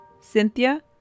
Cynthia